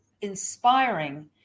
inspiring